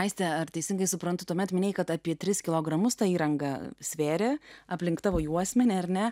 aistė ar teisingai suprantu tuomet minėjai kad apie tris kilogramus ta įranga svėrė aplink tavo juosmenį ar ne